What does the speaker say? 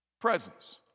presence